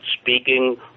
speaking